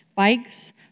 bikes